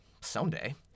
Someday